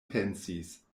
pensis